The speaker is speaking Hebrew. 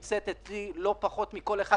נמצאת אצלי לא פחות מאשר אצל כל אחד אחר.